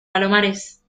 palomares